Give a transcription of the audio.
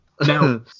now